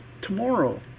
tomorrow